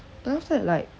but then after that like